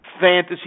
fantasy